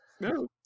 No